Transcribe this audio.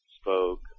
spoke